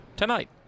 Tonight